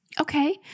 Okay